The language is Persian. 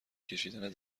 کشیدن